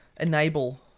enable